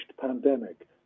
pandemic